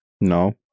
No